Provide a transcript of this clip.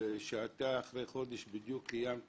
שאתה אחרי חודש בדיוק קיימת